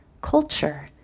culture